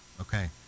Okay